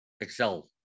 Excel